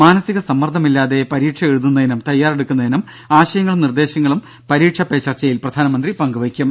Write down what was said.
മാനസിക സമ്മർദ്ദമില്ലാതെ പരീക്ഷ എഴുതുന്നതിനും തയ്യാറെടുക്കുന്നതിനും ആശയങ്ങളും നിർദ്ദേശങ്ങളും പരീക്ഷ പേ ചർച്ചയിൽ പ്രധാനമന്ത്രി പങ്കുവെയ്ക്കും